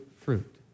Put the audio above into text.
fruit